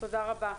תודה רבה.